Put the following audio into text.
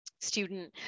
student